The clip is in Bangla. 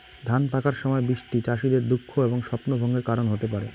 ধান পাকার সময় বৃষ্টি চাষীদের দুঃখ এবং স্বপ্নভঙ্গের কারণ হতে পারে